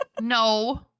No